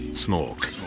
smoke